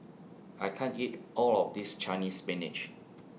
I can't eat All of This Chinese Spinach